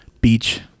Beach